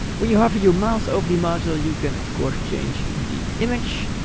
when you hover your mouse over the module, you can of course change the image,